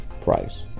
Price